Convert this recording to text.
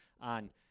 on